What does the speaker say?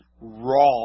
Raw